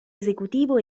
esecutivo